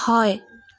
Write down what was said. হয়